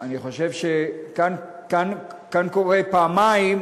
אני חושב שכאן קורה פעמיים